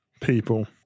people